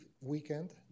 weekend